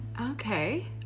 Okay